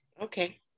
Okay